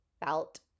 Felt